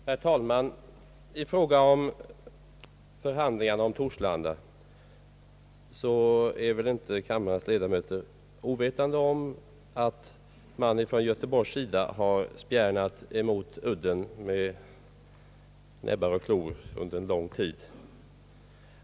Herr talman! I fråga om förhandlingarna beträffande Torslanda är väl inte kammarens ledamöter ovetande om att man från Göteborgs sida har spjärnat emot udden med näbbar och klor under en lång tid.